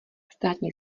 státní